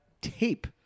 tape